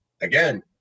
again